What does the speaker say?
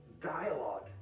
dialogue